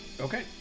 okay